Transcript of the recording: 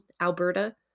Alberta